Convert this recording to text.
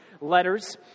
letters